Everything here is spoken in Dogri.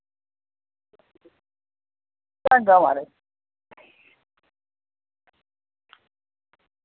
चंगा महाराज